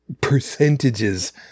percentages